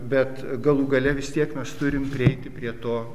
bet galų gale vis tiek mes turim prieiti prie to